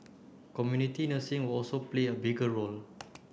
community nursing will also play a bigger role